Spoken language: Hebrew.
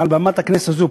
מעל במת הכנסת הזאת,